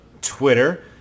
Twitter